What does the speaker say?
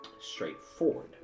straightforward